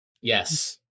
Yes